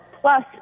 plus